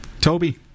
Toby